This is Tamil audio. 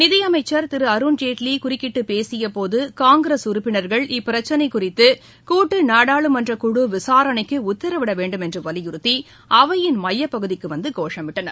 நிதியமைச்சர் திரு அருண்ஜேட்லி குறுக்கிட்டு பேசியபோது காங்கிரஸ் உறுப்பினர்கள் இப்பிரச்னை குறித்து கூட்டு நாடாளுமன்றக்குழு விசாரணைக்கு உத்தரவிட வேண்டும் என்று வலியுறுத்தி அவையின் மையப்பகுதிக்கு வந்து கோஷமிட்டனர்